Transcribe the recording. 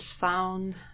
found